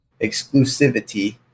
exclusivity